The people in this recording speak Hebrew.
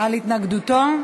על התנגדותו.